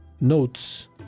notes